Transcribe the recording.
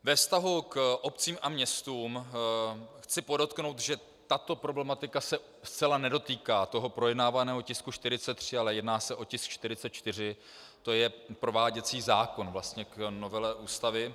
Ve vztahu k obcím a městům chci podotknout, že tato problematika se zcela nedotýká projednávaného tisku 43, ale jedná se o tisk 44, to je prováděcí zákon vlastně k novele Ústavy.